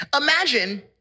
Imagine